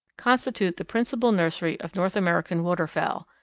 constitute the principal nursery of north american waterfowl,